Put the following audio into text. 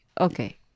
Okay